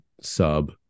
sub